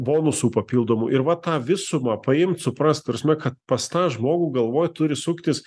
bonusų papildomų ir va tą visumą paimt suprast ta prasme kad pas tą žmogų galvoj turi suktis